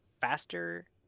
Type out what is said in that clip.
faster